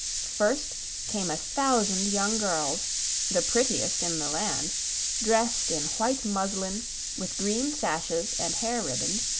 first came a thousand young girls the prettiest in the land dressed in white muslin, with green sashes and hair ribbons,